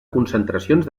concentracions